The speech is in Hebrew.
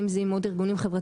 ואם זה עם עוד ארגונים חברתיים,